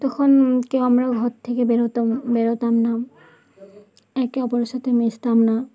তখন কেউ আমরা ঘর থেকে বের হতাম বেরোতাম না একে অপরের সাথে মিশতাম না